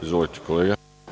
Izvolite kolega.